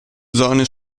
zone